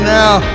now